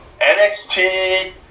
NXT